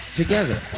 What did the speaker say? together